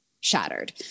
shattered